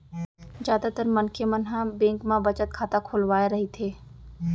जादातर मनखे मन ह बेंक म बचत खाता खोलवाए रहिथे